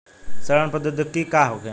सड़न प्रधौगिकी का होखे?